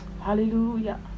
Hallelujah